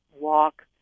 walk